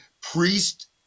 priest